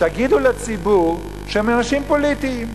תגידו לציבור שהם אנשים פוליטיים,